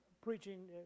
preaching